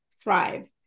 thrive